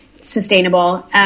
sustainable